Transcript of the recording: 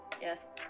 yes